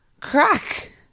crack